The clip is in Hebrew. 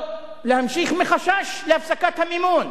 להפסיק מחשש להפסקת המימון,